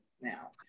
now